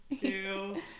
two